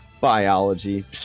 biology